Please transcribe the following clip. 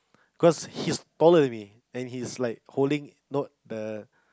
cause he's taller than me and he's like holding not the